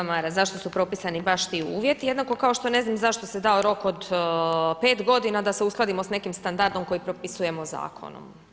Ne znam kolega Maras, zašto su propisani baš ti uvjeti jednako kao što ne znam zašto se dao rok od 5 godina da se uskladimo s nekim standardom koji propisujemo Zakonom.